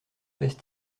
passe